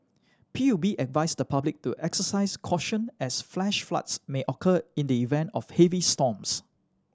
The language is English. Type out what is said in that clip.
P U B advised the public to exercise caution as flash floods may occur in the event of heavy storms